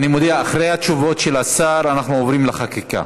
אני מודיע: אחרי התשובות של השר אנחנו עוברים לחקיקה.